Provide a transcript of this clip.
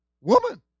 woman